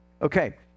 Okay